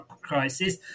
crisis